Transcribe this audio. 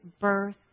birth